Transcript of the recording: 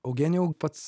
eugenijau pats